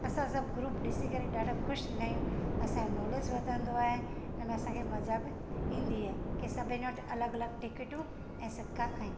असां सभु ग्रुप ॾिसी करे डाढा ख़ुशि थींदा आहियूं असांजो नॉलेज वधंदो आहे ऐं इनमें असांखे मज़ा बि इंदी आहे की सभिनि वटि अलॻि अलॻि टिकेटूं ऐं सिका आहिनि